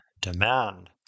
demand